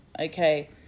Okay